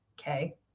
Okay